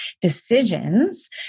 decisions